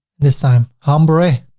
this time hombre,